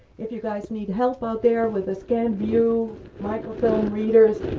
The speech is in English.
if you guys need help out there, with the scan view microfilm readers.